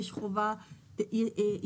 אנחנו ממשיכים את סדרת הדיונים של ועדת הכלכלה